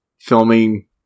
filming